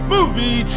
Movie